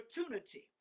opportunity